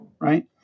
Right